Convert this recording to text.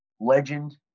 legend